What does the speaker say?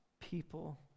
people